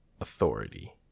authority